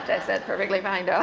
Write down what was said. i said, perfectly fine and